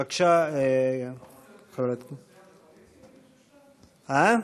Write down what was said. בבקשה, חברת הכנסת, כן,